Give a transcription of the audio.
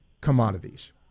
commodities